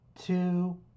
two